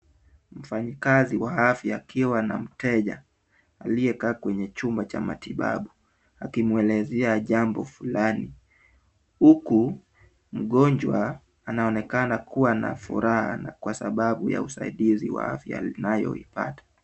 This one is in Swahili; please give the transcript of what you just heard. Mfanyikazi wa afya akiwa na mteja aliyekaa kwenye chumba cha matibabu akimwelezea jambo fulani huku mgonjwa anaonekana kuwa na furaha na kwa sababu ya usaidizi wa afya anayoipata.